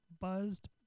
buzzed